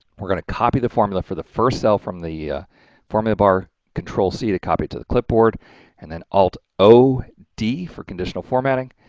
we're going to copy the formula for the first cell from the yeah formula bar ctrl c to copy it to the clipboard and then alt o d for conditional formatting,